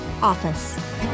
OFFICE